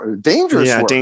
dangerous